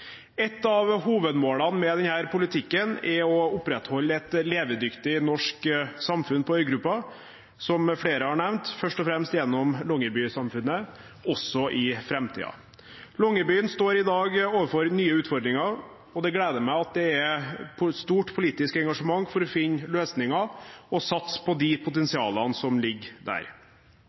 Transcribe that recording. et av hovedmålene med denne politikken å opprettholde et levedyktig norsk samfunn på øygruppen, først og fremst gjennom Longyearby-samfunnet, også i framtiden. Longyearbyen står i dag overfor nye utfordringer, og det gleder meg at det er et stort politisk engasjement for å finne løsninger og å satse på de potensialene som ligger der.